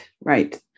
Right